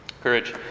courage